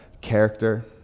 character